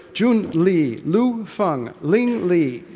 jun li, lu feng, ling li,